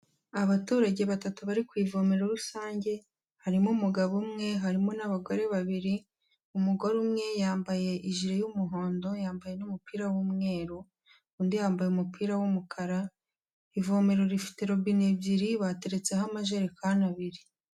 Abaturage batatu bari ku ivome rusange, harimo umugabo umwe harimo n'abagore babiri, umugore umwe yambaye ijiri y'umuhondo yambaye n'umupira w'umweru. Undi yambaye umupira w'umukara, ivomero rifite robine ebyiri bateretseho amajerekani abiri.